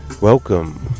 Welcome